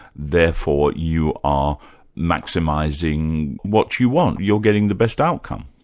therefore you are maximising what you want. you're getting the best outcome.